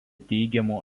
teigiamų